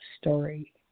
story